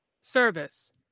service